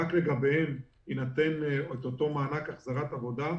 רק לגביהם יינתן אותו מענק החזרת עבודה,